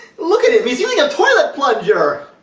look at him! he's using a toilet plunger!